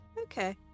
okay